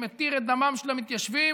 שמתיר את דמם של המתיישבים,